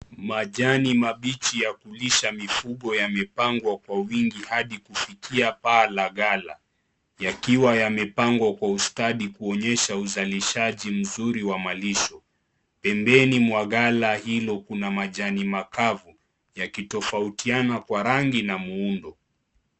Majani mabichi ya kulisha mifugo yamepangwa kwa wingi hadi kufikia paa la gala ,yakiwa yamepangwa kwa ustadi kuonyesha uzalishaji mzuri wa malisho. Pembeni mwa gala hilo kuna majani makavu yakitofautiana kwa rangi na muundo.